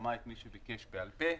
שמעה את מי שביקש בעל פה,